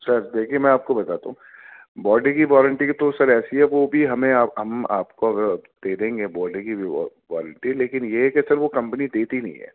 سر دیکھیے میں آپ کو بتاتا ہوں بوڈی کی وانٹی تو سر ایسی ہے وہ بھی ہمیں آپ ہم آپ کو دے دیں گے بوڈی کی بھی وارنٹی لیکن یہ کہ سر وہ کمپنی دیتی نہیں ہے